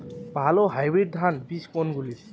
ভালো হাইব্রিড ধান বীজ কোনগুলি?